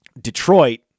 Detroit